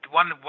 one